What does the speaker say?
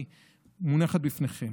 היא מונחת בפניכם,